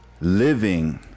living